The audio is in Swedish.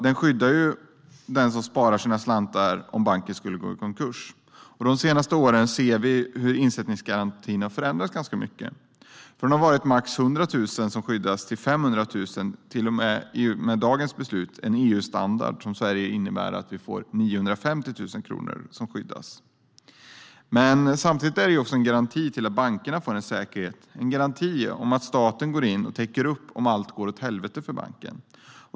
Den skyddar den som sparar sina slantar om banken skulle gå i konkurs. De senaste åren har vi sett hur insättningsgarantin har förändrats ganska mycket. Från att det var max 100 000 kronor som skyddades höjdes beloppet till 500 000 kronor, och i och med dagens beslut blir det en EU-standard som i Sverige innebär att 950 000 kronor skyddas. Samtidigt är det också en garanti att bankerna får en säkerhet - en garanti om att staten går in och täcker upp om allt går åt helvete för banken.